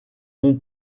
ont